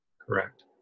Correct